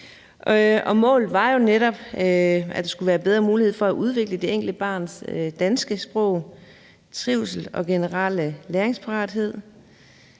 Målet var jo netop, at der skulle være bedre mulighed for at udvikle det enkelte barns danske sprog, trivsel og generelle læringsparathed.